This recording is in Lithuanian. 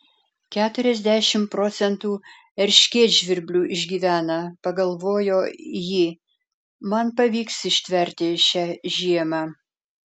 keturiasdešimt procentų erškėtžvirblių išgyvena pagalvojo ji man pavyks ištverti šią žiemą